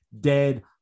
dead